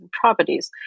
properties